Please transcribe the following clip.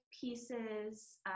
pieces